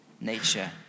nature